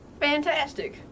Fantastic